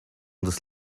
this